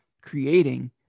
creating